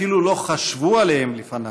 אפילו לא חשבו עליהם לפניו,